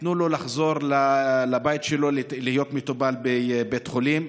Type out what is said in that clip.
תנו לו לחזור לבית שלו, להיות מטופל בבית חולים.